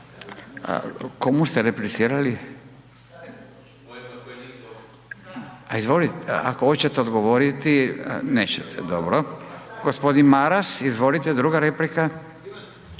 Komu ste replicirali? Ako hoćete odgovoriti, nećete. Dobro. Gospodin Maras, izvolite druga replika.